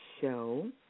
show